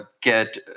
get